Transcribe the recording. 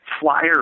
flyer